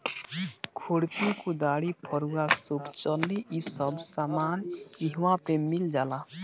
खुरपी, कुदारी, फरूहा, सूप चलनी इ सब सामान इहवा पे मिल जाला